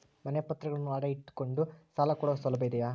ಮನೆ ಪತ್ರಗಳನ್ನು ಅಡ ಇಟ್ಟು ಕೊಂಡು ಸಾಲ ಕೊಡೋ ಸೌಲಭ್ಯ ಇದಿಯಾ?